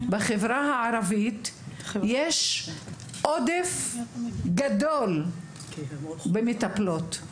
בחברה הערבית יש עודף גדול במטפלות.